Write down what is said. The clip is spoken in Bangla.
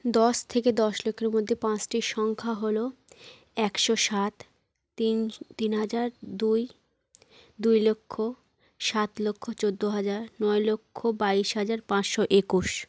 দশ থেকে দশ লক্ষের মধ্যে পাঁচটি সংখ্যা হলো একশো সাত তিন তিন হাজার দুই দুই লক্ষ সাত লক্ষ চোদ্দো হাজার নয় লক্ষ বাইশ হাজার পাঁচশো একুশ